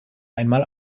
einmal